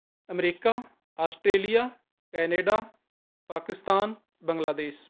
America Australia Canada Pakistan Canada